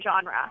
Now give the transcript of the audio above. genre